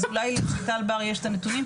אז אולי רויטל בר יש לה את הנתונים,